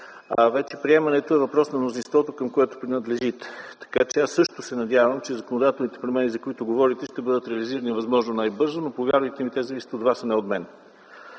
а вече приемането е въпрос на мнозинството, към което принадлежите. Аз също се надявам, че законодателните промени, за които говорите, ще бъдат реализирани възможно най-бързо, но, повярвайте ми, те зависят от вас, а не от мен.